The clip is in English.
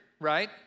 right